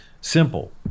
Simple